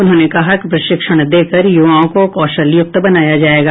उन्होंने कहा कि प्रशिक्षण देकर युवाओं को कौशलयुक्त बनाया जायेगा